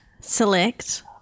select